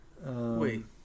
Wait